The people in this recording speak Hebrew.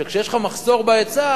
שכשיש מחסור בהיצע,